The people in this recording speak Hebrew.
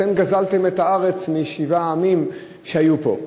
אתם גזלתם את הארץ משבעה עמים שהיו פה.